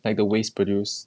like the waste produced